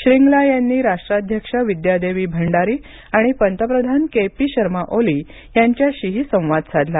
श्रींगला यांनी राष्ट्राध्यक्ष विद्यादेवी भंडारी आणि पंतप्रधान केपी शर्मा ओली यांच्याशीही संवाद साधला